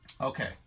Okay